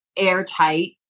airtight